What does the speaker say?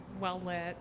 well-lit